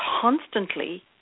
constantly